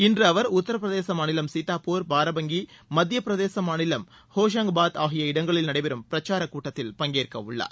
இன்று அவர் உத்தரப்பிரதேச மாநிலம் சீத்தாப்பூர் பாரபங்கி மத்தியபிரதேச மாநிலம் ஹோஷங்காபாத் ஆகிய இடங்களில் நடைபெறும் பிரச்சாரக் கூட்டத்தில் பங்கேற்வுள்ளார்